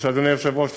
או שאדוני היושב-ראש,